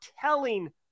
telling